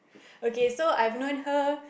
okay so I've known her